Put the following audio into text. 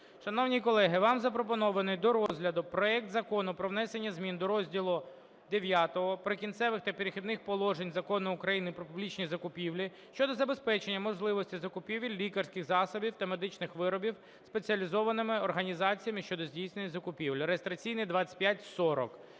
Шановні колеги, вам запропонований до розгляду проект Закону про внесення змін до розділу ІХ "Прикінцеві та перехідні положення" Закону України "Про публічні закупівлі" щодо забезпечення можливості закупівель лікарських засобів та медичних виробів спеціалізованими організаціями, що здійснюють закупівлі (реєстраційний номер